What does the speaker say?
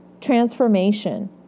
transformation